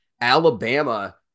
Alabama